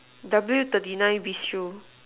W thirty nine bistro